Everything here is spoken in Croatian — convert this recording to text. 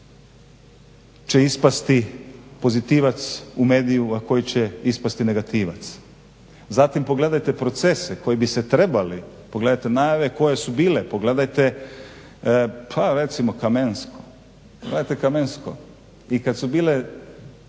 sudac će ispasti pozitivac u medijima, a koji će ispasti negativac. Zatim pogledajte procese koji bi se trebali, pogledajte najave koje su bile, pogledajte pa recimo Kamensko. Pogledajte Kamensko, i kad su bili